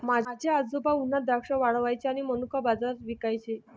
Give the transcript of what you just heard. माझे आजोबा उन्हात द्राक्षे वाळवायचे आणि मनुका बाजारात विकायचे